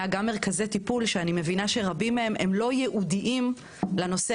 וגם מרכזי טיפול שאני מבינה שרבים מהם לא ייעודיים לנושא